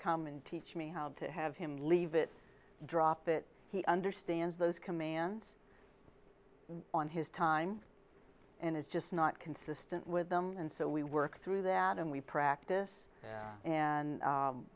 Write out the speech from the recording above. come and teach me how to have him leave it drop it he understands those commands on his time and it's just not consistent with them and so we work through that and we practice